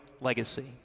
legacy